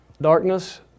darkness